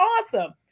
awesome